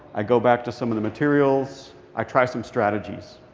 i go back to some of the materials. i try some strategies.